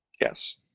Yes